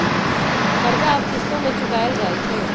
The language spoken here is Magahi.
कर्जा अब किश्तो में चुकाएल जाई छई